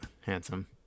handsome